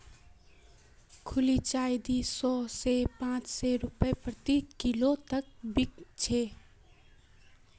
खुली चाय दी सौ स पाँच सौ रूपया प्रति किलो तक बिक छेक